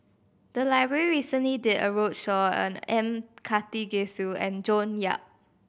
the library recently did a roadshow on M Karthigesu and June Yap